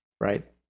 right